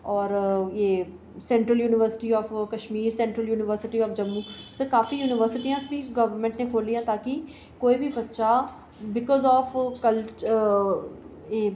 ते एह् central university of Kashmir central university of Jammu ते काफी यूनिवर्सिटियां बी गौरमेंट नै खोह्ल्लियां ताकी कोई बी बच्चा बीकॉज ऑफ